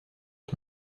zum